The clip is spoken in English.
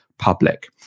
public